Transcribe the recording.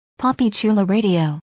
poppychularadio